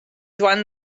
joan